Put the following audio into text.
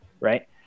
Right